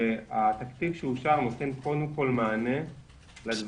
התקציב שאושר נותן קודם כל מענה לדברים